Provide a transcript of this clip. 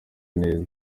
neza